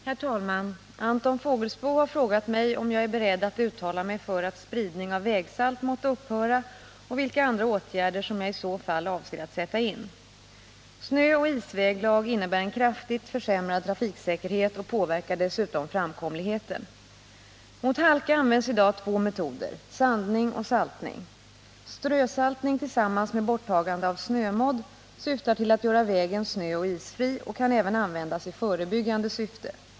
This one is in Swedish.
Herr talman! Anton Fågelsbo har frågat mig om jag är beredd att uttala mig för att spridning av vägsalt måtte upphöra och vilka andra åtgärder som jag i så fall avser att sätta in. Snöoch isväglag innebär en kraftigt försämrad trafiksäkerhet och påverkar dessutom framkomligheten. Mot halka används i dag två metoder, sandning och saltning. Strösaltning tillsammans med borttagande av snömodd syftar till att göra vägen snöoch isfri och kan även användas i förebyggande syfte.